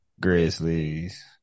Grizzlies